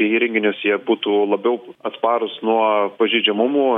įrenginius jie būtų labiau atsparūs nuo pažeidžiamumų